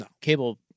cable